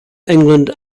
england